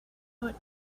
what